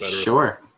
Sure